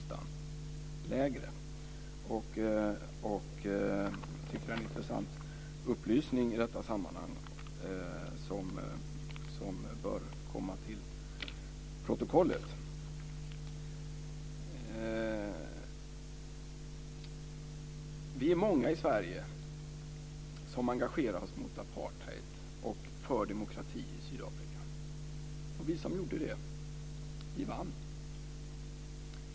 Jag tycker att det är en intressant upplysning i detta sammanhang som bör komma till protokollet. Vi är många i Sverige som engagerade oss mot apartheid och för demokrati i Sydafrika. Och vi som gjorde det vann.